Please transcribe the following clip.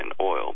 Oil